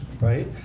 right